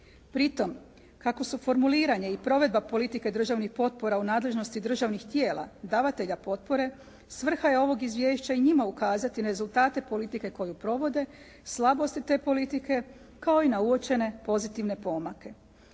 Pri tom kako su formuliranje i provedba politike državnih potpora u nadležnosti državnih tijela, davatelja potpore svrha je ovog izvješća i njima ukazati na rezultate politike koju provode, slabosti te politike, kao i na uočene pozitivne pomake.